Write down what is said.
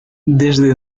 desde